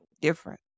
different